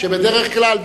שבדרך כלל,